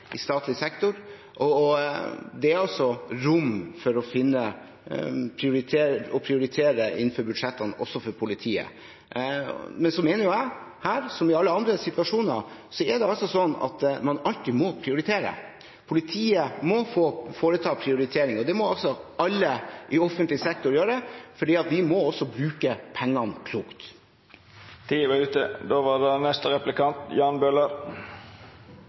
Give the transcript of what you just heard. i statlig sektor. Det er rom for å prioritere innenfor budsjettene også for politiet. Jeg mener at man her, som i alle andre situasjoner, må prioritere. Politiet må foreta prioriteringer. Det må alle i offentlig sektor gjøre, for vi må bruke pengene